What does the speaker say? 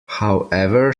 however